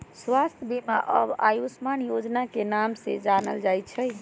स्वास्थ्य बीमा अब आयुष्मान योजना के नाम से जानल जाई छई